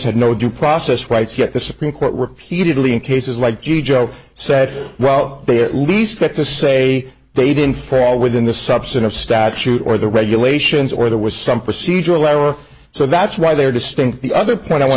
had no due process rights yet the supreme court repeatedly in cases like g joe said well they at least get to say they didn't fall within the subset of statute or the regulations or there was some procedural error so that's why they are distinct the other point i want